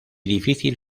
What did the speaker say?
difícil